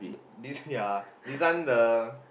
this ya this one the